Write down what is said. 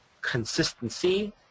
consistency